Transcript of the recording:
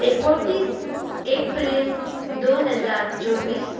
एकोणतीस एप्रील दोन हजार चोवीस